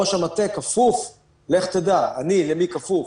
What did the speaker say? ראש המטה כפוף לך תדע, אני למי כפוף?